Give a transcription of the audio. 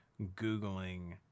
googling